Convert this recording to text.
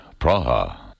Praha